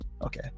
Okay